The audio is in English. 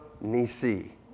Nisi